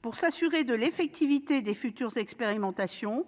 Pour nous assurer de l'effectivité des futures expérimentations,